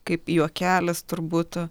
kaip juokelis turbūt